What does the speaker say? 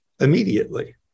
immediately